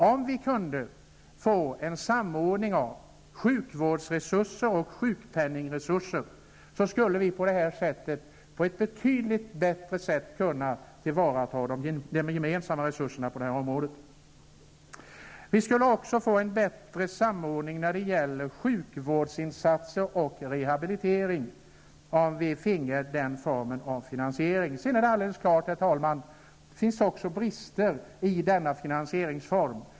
Om vi kunde få en samordning av sjukvårdsresurser och sjukpenningresurser, skulle vi på ett betydligt bättre sätt kunna tillvarata de gemensamma resurserna på detta område. Vi skulle även få en bättre samordning av sjukvårdsinsatser och rehabilitering, om vi fick denna form av finansiering. Sedan är det alldeles klart att det också finns brister i denna finansieringsform.